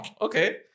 Okay